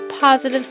positive